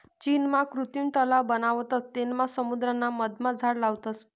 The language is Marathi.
चीनमा कृत्रिम तलाव बनावतस तेनमा समुद्राना मधमा झाड लावतस